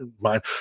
mind